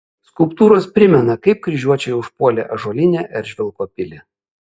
skulptūros primena kaip kryžiuočiai užpuolė ąžuolinę eržvilko pilį